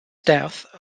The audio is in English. death